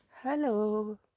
Hello